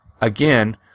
again